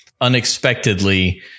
unexpectedly